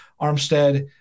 Armstead